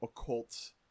occult